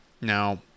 Now